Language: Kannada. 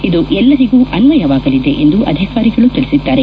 ಇದು ಎಲ್ಲರಿಗೂ ಅನ್ವಯವಾಗಲಿದೆ ಎಂದು ಅಧಿಕಾರಿಗಳು ತಿಳಿಸಿದ್ದಾರೆ